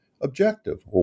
objective